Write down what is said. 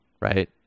Right